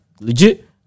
legit